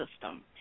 system